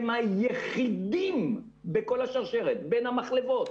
הם היחידים בכל השרשרת, בין המחלבות,